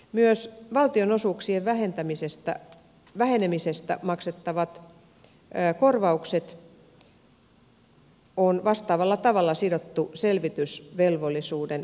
myös valtionosuuksien vähenemisestä maksettavat korvaukset on vastaavalla tavalla sidottu selvitysvelvollisuuden määräaikaan